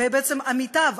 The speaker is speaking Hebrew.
ובעצם המיטב,